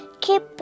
Keep